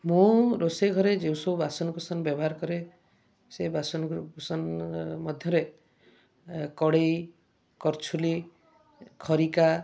ମୁଁ ରୋଷେଇ ଘରେ ଯେଉଁ ସବୁ ବାସନକୁସନ ବ୍ୟବହାର କରେ ସେ ବାସନ କୁସନ ମଧ୍ୟରେ କଡ଼େଇ କର୍ଛୁଲି ଖରିକା